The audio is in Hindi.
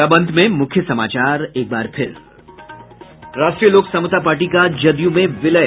और अब अंत में मुख्य समाचार एक बार फिर राष्ट्रीय लोक समता पार्टी का जदयू में विलय